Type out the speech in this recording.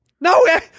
No